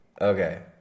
Okay